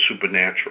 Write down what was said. supernatural